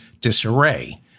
disarray